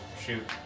shoot